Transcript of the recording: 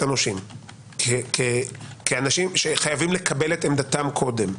הנושים כאנשים שחייבים לקבל את עמדתם קודם,